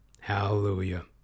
Hallelujah